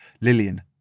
Lillian